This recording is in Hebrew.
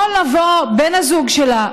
יכול לבוא בן הזוג שלה,